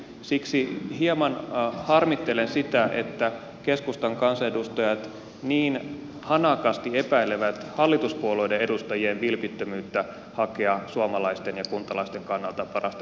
siksi hieman harmittelen sitä että keskustan kansanedustajat niin hanakasti epäilevät hallituspuolueiden edustajien vilpittömyyttä hakea suomalaisten ja kuntalaisten kannalta parasta mahdollista ratkaisua